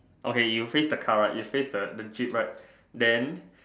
okay you face the car right you face the the jeep right then